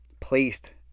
placed